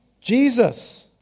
Jesus